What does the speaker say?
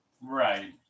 Right